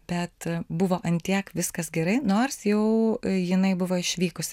bet buvo ant tiek viskas gerai nors jau jinai buvo išvykus